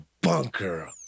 Bunker